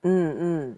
mm mm